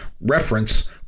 reference